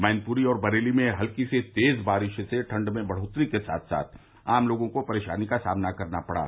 मैनपुरी और बरेली में हल्की से तेज़ बारिश से ठंडक में बढ़ोत्तरी के साथ साथ आम लोगों को परेशानी का सामना करना पड़ा